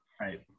right